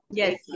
yes